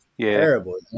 Terrible